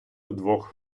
вдвох